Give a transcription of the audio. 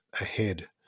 ahead